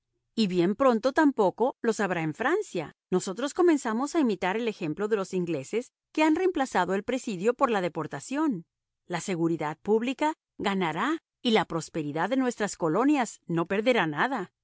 y bien pronto tampoco los habrá en francia nosotros comenzamos a imitar el ejemplo de los ingleses que han reemplazado el presidio por la deportación la seguridad pública ganará y la prosperidad de nuestras colonias no perderá nada